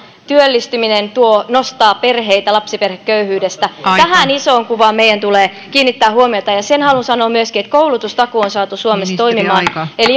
työllistyminen nostaa perheitä lapsiperheköyhyydestä tähän isoon kuvaan meidän tulee kiinnittää huomiota ja sen haluan sanoa myöskin että koulutustakuu on saatu suomessa toimimaan eli